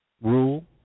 rule